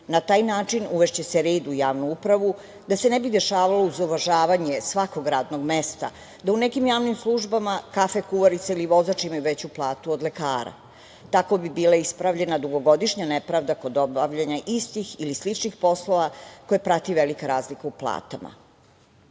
Na taj način uvešće se red u javnu upravu da se ne bi dešavalo, uz uvažavanje svakog radnog mesta, da u nekim javnim službama kafe kuvarica ili vozač imaju veću platu od lekara. Tako bi bila ispravljena dugogodišnja nepravda kod obavljanja istih ili sličnih poslova koje prati velika razlika u platama. To